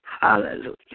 Hallelujah